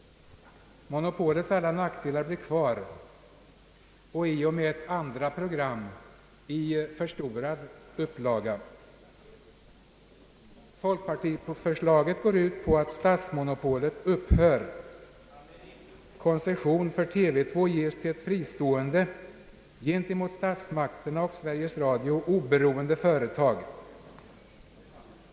Monopolets alla nackdelar blir kvar, och i och med ett andra program i förstorad upplaga. Folkpartiförslaget går ut på att statsmonopolet upphör. Koncession för TV 2 ges till fristående, gentemot statsmakterna och Sveriges Radio oberoende företag.